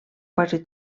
quasi